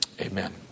Amen